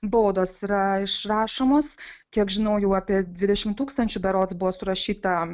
baudos yra išrašomos kiek žinau jau apie dvidešimt tūkstančių berods buvo surašyta